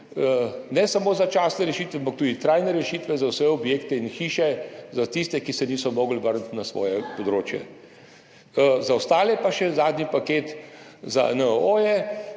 ne samo začasne rešitve, ampak tudi trajne rešitve za vse objekte in hiše za tiste, ki se niso mogli vrniti na svoje področje. Za ostale je pa še zadnji paket za NOO-je.